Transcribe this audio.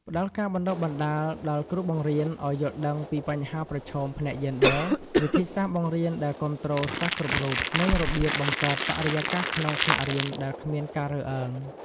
ផ្តល់ការបណ្តុះបណ្តាលដល់គ្រូបង្រៀនឱ្យយល់ដឹងពីបញ្ហាប្រឈមផ្នែកយេនឌ័រ វិធីសាស្រ្តបង្រៀនដែលគាំទ្រសិស្សគ្រប់រូប និងរបៀបបង្កើតបរិយាកាសក្នុងថ្នាក់រៀនដែលគ្មានការរើសអើង។